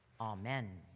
Amen